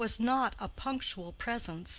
was not a punctual presence,